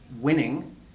winning